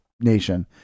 nation